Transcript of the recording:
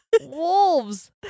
Wolves